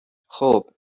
خوب